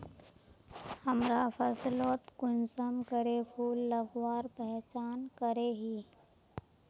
हमरा फसलोत कुंसम करे फूल लगवार पहचान करो ही?